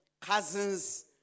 cousins